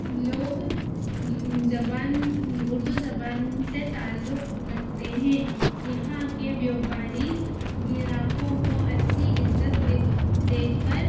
لوگ زبان اردو زبان سے تعلق رکھتے ہیں یہاں کے بیوپاری گراہکوں کو اچھی عزت دیکھ کر